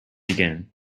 begin